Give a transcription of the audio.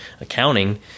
accounting